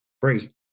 free